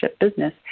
business